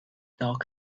dog